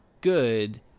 good